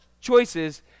choices